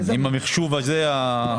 מטה המשרד בארץ.